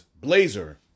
blazer